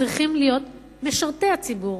צריכים להיות משרתי הציבור,